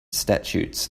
statutes